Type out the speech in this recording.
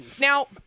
Now